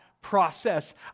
process